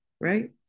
right